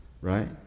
right